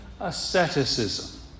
asceticism